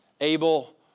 Abel